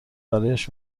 برایش